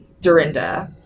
Dorinda